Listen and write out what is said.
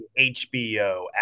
hbo